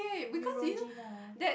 Neutrogena